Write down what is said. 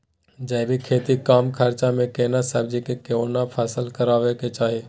जैविक खेती कम खर्च में केना सब्जी के कोन फसल करबाक चाही?